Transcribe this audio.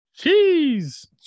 Jeez